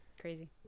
crazy